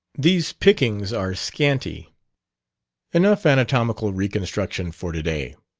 these pickings are scanty enough anatomical reconstruction for to-day.